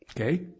okay